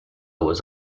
was